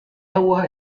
agua